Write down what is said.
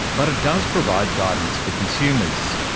but it does provide guidance for consumers.